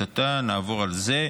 נעבור על זה.